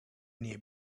near